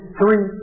three